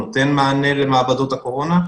נותן מענה למעבדות הקורונה.